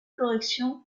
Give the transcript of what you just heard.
correction